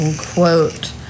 quote